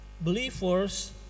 believers